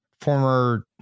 former